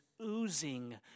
oozing